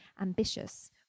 ambitious